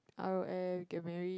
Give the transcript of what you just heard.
R_O_M get married